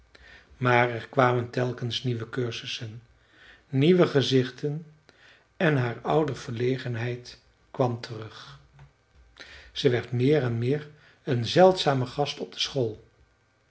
maar er kwamen telkens nieuwe cursussen nieuwe gezichten en haar oude verlegenheid kwam terug ze werd meer en meer een zeldzame gast op de school